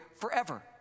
forever